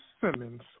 Simmons